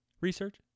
Research